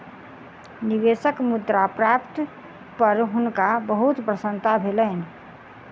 निवेशक मुद्रा प्राप्ति पर हुनका बहुत प्रसन्नता भेलैन